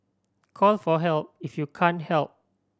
call for help if you can't help